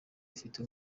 afite